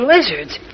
Lizards